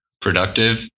productive